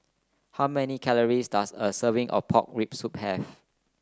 how many calories does a serving of Pork Rib Soup have